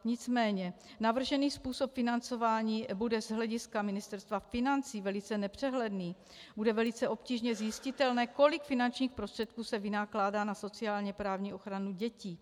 Nicméně navržený způsob financování bude z hlediska Ministerstva financí velice nepřehledný, bude velice obtížně zjistitelné, kolik finančních prostředků se vynakládá na sociálněprávní ochranu dětí.